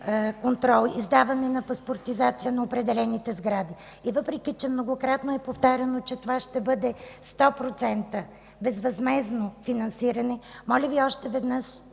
контрол, издаване на паспортизация на определените сгради? И въпреки че многократно е повтаряно, че това ще бъде 100% безвъзмездно финансиране, моля Ви още веднъж